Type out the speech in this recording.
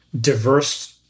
diverse